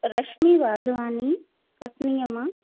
रशमी वाधवाणी कटनीअ मां